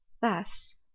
thus